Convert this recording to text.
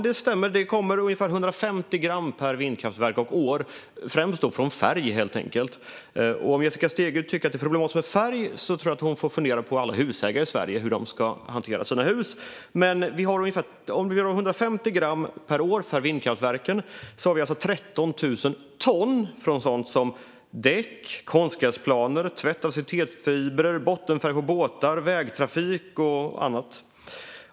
Det stämmer att det kommer ungefär 150 gram per vindkraftverk per år, främst från färg. Om Jessica Stegrud tycker att det är problematiskt med färg tror jag att hon får fundera på hur alla husägare i Sverige ska hantera sina hus. Om vi har 150 gram mikroplaster per år från vindkraftverken kan jag säga att vi också har 13 000 ton från sådant som däck, konstgräsplaner, tvätt och acetatfiber, bottenfärg på båtar, vägtrafik och annat.